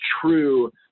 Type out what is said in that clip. true